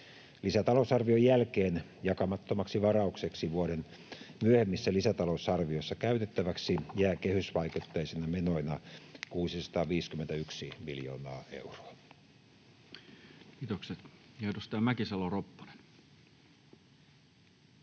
Lisätalousarvion jälkeen jakamattomaksi varaukseksi vuoden myöhemmissä lisätalousarvioissa käytettäväksi jää kehysvaikutteisina menoina 651 miljoonaa euroa. [Speech 128] Speaker: Toinen